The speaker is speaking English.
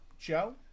Joe